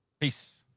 Peace